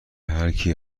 هرکی